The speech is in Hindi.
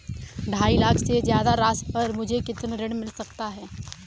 ढाई लाख से ज्यादा राशि पर मुझे कितना ऋण मिल सकता है?